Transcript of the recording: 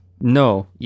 No